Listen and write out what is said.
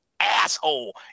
asshole